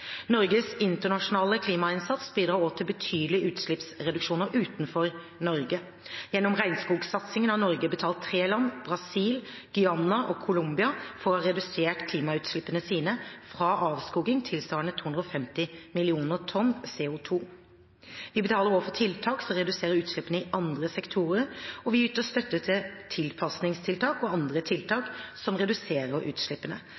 Norges internasjonale klimainnsats bidrar også til betydelige utslippsreduksjoner utenfor Norge. Gjennom regnskogsatsingen har Norge betalt tre land – Brasil, Guyana og Colombia – for å ha redusert klimagassutslippene sine fra avskoging tilsvarende 250 millioner tonn CO 2 . Vi betaler også for tiltak som reduserer utslippene i andre sektorer, og vi yter støtte til tilpasningstiltak og andre tiltak som reduserer utslippene.